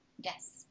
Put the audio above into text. Yes